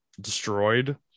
destroyed